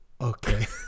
okay